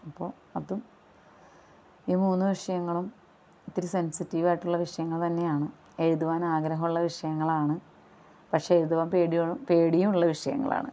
അപ്പോൾ അതും ഈ മൂന്ന് വിഷയങ്ങളും ഇത്തിരി സെൻസിറ്റീവായിട്ടുള്ള വിഷയങ്ങള് തന്നെയാണ് എഴുതുവാനാഗ്രഹമുള്ള വിഷയങ്ങളാണ് പക്ഷേ എഴുതുവാൻ പേടിയൊ പേടിയുമുള്ള വിഷയങ്ങളാണ്